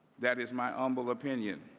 that is my humble opinion,